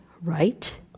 right